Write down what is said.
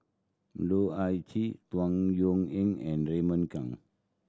Loh Ah Chee Tung Yue Ying and Raymond Kang